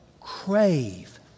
crave